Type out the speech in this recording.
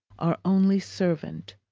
our only servant,